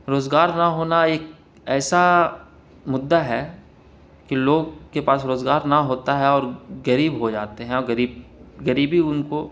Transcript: روزگار نہ ہونا ایک ایسا مدعا ہے کہ لوگ کے پاس روزگار نہ ہوتا ہے اور غریب ہو جاتے ہیں اور غریب غریبی ان کو